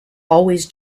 always